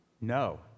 No